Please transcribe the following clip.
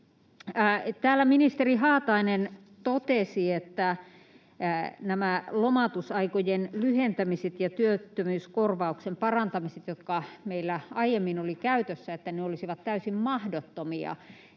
Täällä ministeri Haatainen totesi, että nämä lomautusaikojen lyhentämiset ja työttömyyskorvauksen parantamiset, jotka meillä aiemmin olivat käytössä, olisivat täysin mahdottomia